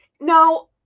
now